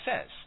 says